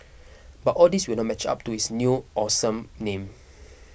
but all these will not match up to its new awesome name